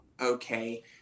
okay